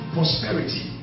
Prosperity